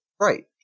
Right